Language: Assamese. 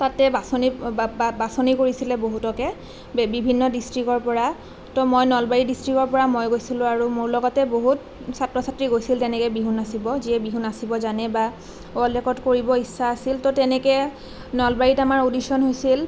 তাতে বাচনি বা বা বাচনি কৰিছিলে বহুতকে বে বিভিন্ন ডিষ্ট্ৰিক্টৰ পৰা তো মই নলবাৰী ডিষ্ট্ৰিক্টৰ পৰা মই গৈছিলোঁ আৰু মোৰ লগতে বহুত ছাত্ৰ ছাত্ৰী গৈছিল তেনেকৈ বিহু নাচিব যিয়ে বিহু নাচিব জানে বা ৱৰ্লড ৰেকৰ্ড কৰিব ইচ্ছা আছিল তো তেনেকৈ নলবাৰীত আমাৰ অডিচন হৈছিল